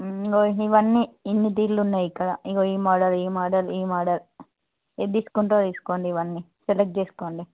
ఇవన్నీ ఇన్ని తీరులు ఉన్నాయి ఇక్కడ ఇదిగో ఈ మోడల్ ఈ మోడల్ ఈ మోడల్ ఏ తీసుకుంటారో తీసుకోండి ఇవన్నీసెలెక్ట్ చేసుకోండి